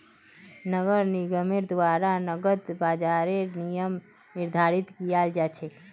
नगर निगमेर द्वारा नकद बाजारेर नियम निर्धारित कियाल जा छेक